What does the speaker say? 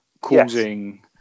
causing